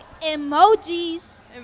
emojis